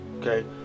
Okay